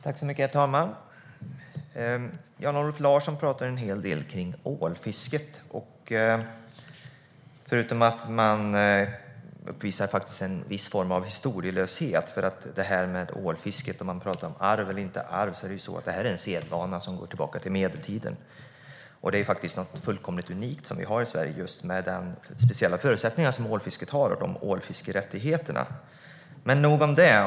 Herr talman! Jan-Olof Larsson talar en hel del om ålfisket. Man visar faktiskt ett visst mått av historielöshet när man pratar om arv eller inte arv i ålfisket, för detta är en sedvana som går tillbaka till medeltiden. Det är något fullkomligt unikt vi har i Sverige när det gäller de speciella förutsättningar ålfisket har och ålfiskerättigheterna. Men nog om det!